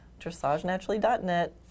dressagenaturally.net